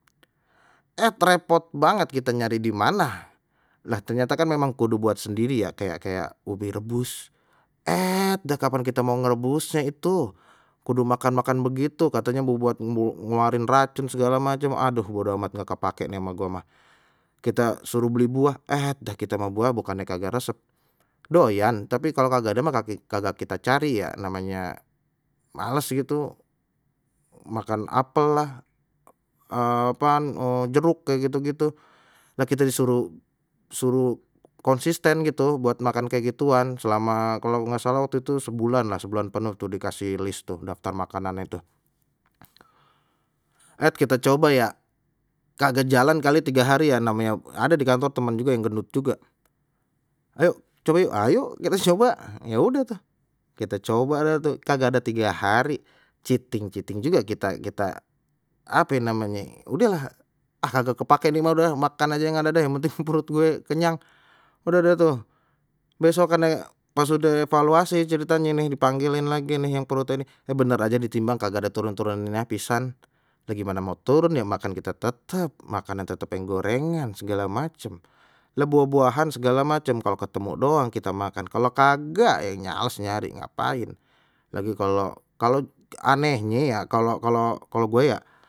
Et repot banget kita nyari di manah lah ternyata kan memang kudu buat sendiri ya kayak kayak ubi rebus et dah kapan kita mau ngerebusnya itu, kudu makan- makan begitu katanya bu buat ngeluarin racun segala macem aduh bodo amat enggak pakai ini mah gua mah, kita suruh beli buah et dah kita ma gua bukannye kagak resep, doyan tapi kalau kagak ada mah kagak kita cari ya namanya males sih itu, makan apelah apaan jeruk kayak gitu- gitu lha kita disuruh suruh konsisten gitu buat makan kayak gituan selama kalau nggak salah waktu itu sebulan lah sebulan penuh tuh dikasih list tuh daftar makanane tuh, et kita coba ya kagak jalan kali tiga hari ya namanya ada di kantor teman juga yang gendut juga, ayo coba ayo ayo kita coba, ya udah tuh kite coba dah tu kagak ada tiga hari, citing citing juga kita kita ape namenye udeh lah ah kagak kepake ni mah udah makan aja yang ada deh yang penting perut gue kenyang, udah dah tu besokanne pas udeh evaluasi ceritanye ni dipanggilin lagi nih yang perutnye nih, eh bener aje ditimbang kagak ada turun-turunnya pisan, lha gimana mau turun ya makan kita tetap makanan tetap goreng gorengan segala macem, lha buah- buahan segala macem kalau ketemu doang kita makan kalau kagak ya males nyari ngapain, lagi kalau kalau anehnye ya kalau kalau gue ya.